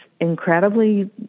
incredibly